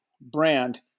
brand